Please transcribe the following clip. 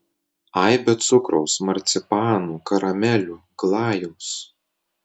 aibę cukraus marcipanų karamelių glajaus